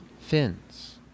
fins